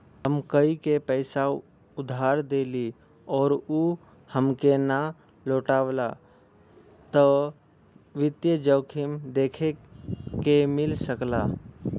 हम कोई के पइसा उधार देली आउर उ हमके ना लउटावला त वित्तीय जोखिम देखे के मिल सकला